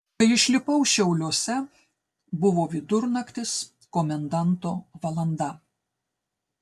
kai išlipau šiauliuose buvo vidurnaktis komendanto valanda